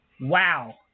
Wow